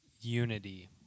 unity